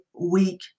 week